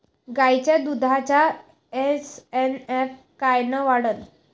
गायीच्या दुधाचा एस.एन.एफ कायनं वाढन?